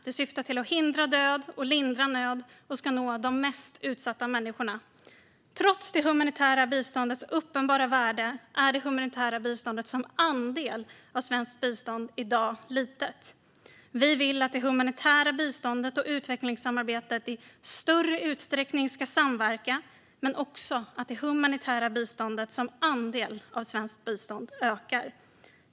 Det syftar till att hindra död och lindra nöd, och det ska nå de mest utsatta människorna. Trots det humanitära biståndets uppenbara värde är det som andel av svenskt bistånd i dag litet. Vi vill att det humanitära biståndet och utvecklingssamarbetet i större utsträckning ska samverka men också att det humanitära biståndet som andel av svenskt bistånd ökar.